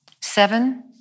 Seven